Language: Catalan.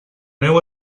meu